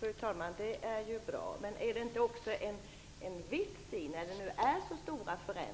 Fru talman! Det är ju bra. Men vore det inte en vits med att det, nu